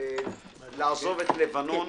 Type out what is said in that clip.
לעזוב את לבנון.